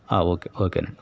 okay ఓకేనండి